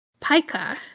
Pika